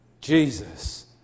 Jesus